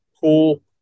cool